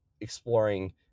exploring